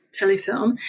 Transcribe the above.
telefilm